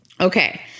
Okay